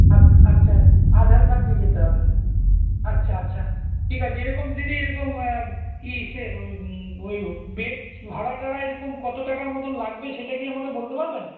আচ আচ্ছা আধার কার্ড নিয়ে যেতে হবে আচ্ছা আচ্ছা ঠিক আছে এরকম দিদি এরকম ইশের ওই ওই বেড ভাড়া টারা এরকম কতো টাকার মতোন লাগবে সেটা কি আমাকে বলতে পারবেন